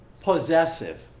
Possessive